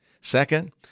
Second